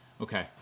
Okay